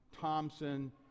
Thompson